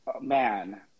man